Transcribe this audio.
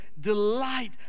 delight